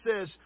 says